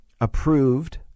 approved